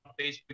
facebook